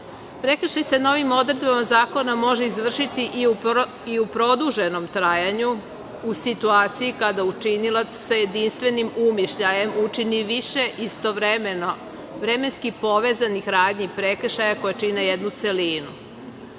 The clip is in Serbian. Prekršaj se novim odredbama zakona može izvršiti i u produženom trajanju u situaciji kada učinilac sa jedinstvenim umišljajem učini više istovremeno vremenski povezanih radnji prekršaja koji čine jednu